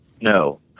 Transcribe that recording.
No